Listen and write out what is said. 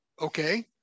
okay